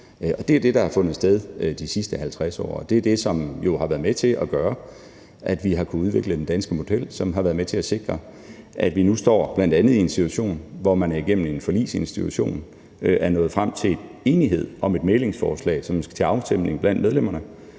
det er det, der har fundet sted de sidste 50 år, og det er jo det, der har været med til at gøre, at vi har kunnet udvikle den danske model, som har været med til at sikre, at vi nu bl.a. står i en situation, hvor man igennem Forligsinstitutionen er nået frem til enighed om et mæglingsforslag, som skal til afstemning blandt medlemmerne,